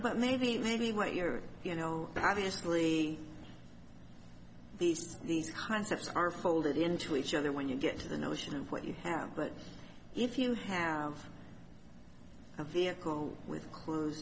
but maybe maybe what you're you know obviously these these concepts are folded into each other when you get to the notion of what you have but if you have a vehicle with a clo